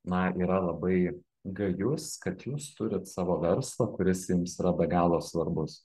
na yra labai gajus kad jūs turit savo verslą kuris jums be galo svarbus